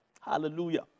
Hallelujah